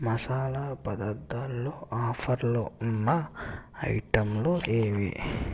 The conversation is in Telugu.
మసాలా పదార్థాలులో ఆఫర్లో ఉన్న ఐటెంలు ఏవి